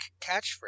catchphrase